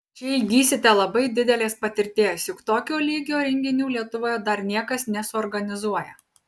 čia įgysite labai didelės patirties juk tokio lygio renginių lietuvoje dar niekas nesuorganizuoja